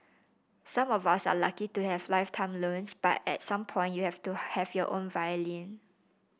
some of us are lucky to have lifetime loans but at some point you have to have your own violin